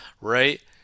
Right